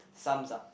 sums up